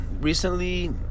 recently